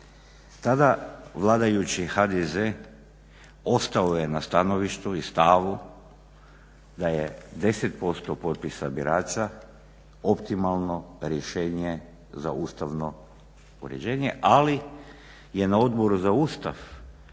Tada vladajući HDZ ostao je na stanovištu i stavu da je 10% potpisa birača optimalno da rješenje za ustavno uređenje ali je na Odboru za Ustav